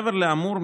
מעבר לאמור,